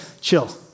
chill